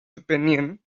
opinion